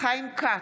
חיים כץ,